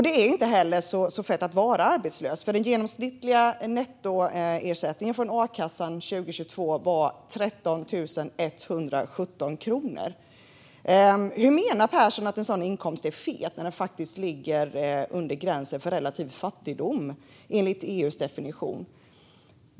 Det är inte heller särskilt fett att vara arbetslös; den genomsnittliga nettoersättningen från a-kassan 2022 var 13 117 kronor. Hur menar Pehrson att en sådan inkomst är fet, med tanke på att den faktiskt ligger under gränsen för relativ fattigdom enligt EU:s definition?